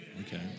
Okay